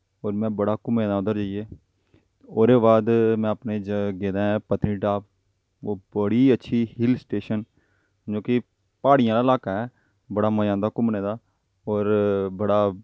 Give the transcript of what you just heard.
होर में बड़ा घूमे दा ऐं उद्धर जाइयै ओह्दे बाद में अपने गेदा ऐं पत्नीटॉप ओह् बड़ी अच्छी हिल स्टेशन मतलब कि प्हाड़ियें दा लाह्का ऐ बड़ा मज़ा आंदा ऐ घूमने दा होर बड़ा